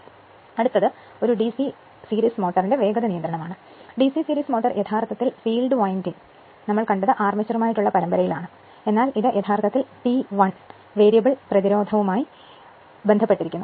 ഇപ്പോൾ അടുത്തത് ഒരു ഡിസി സീരീസ് മോട്ടോറിന്റെ വേഗത നിയന്ത്രണമാണ് ഡിസി സീരീസ് മോട്ടോർ യഥാർത്ഥത്തിൽ ഫീൽഡ് വിൻഡിംഗ് നമ്മൾ കണ്ടത് അർമേച്ചറുമായുള്ള പരമ്പരയിലാണ് എന്നാൽ ഇത് യഥാർത്ഥത്തിൽ t 1 വേരിയബിൾ പ്രതിരോധവുമായി ബന്ധപ്പെട്ടിരിക്കുന്നു